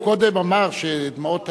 הוא קודם אמר שדמעות תנין,